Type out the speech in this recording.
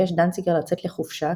ביקש דנציגר לצאת לחופשה,